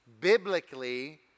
biblically